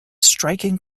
striking